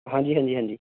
ਹਾਂਜੀ ਹਾਂਜੀ ਹਾਂਜੀ